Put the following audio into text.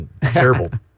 terrible